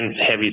heavy